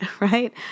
right